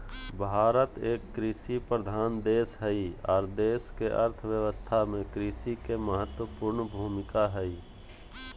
भारत एक कृषि प्रधान देश हई आर देश के अर्थ व्यवस्था में कृषि के महत्वपूर्ण भूमिका हई